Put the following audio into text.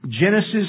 Genesis